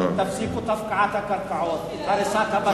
תפסיקו את הפקעת הקרקעות ואת הריסת הבתים.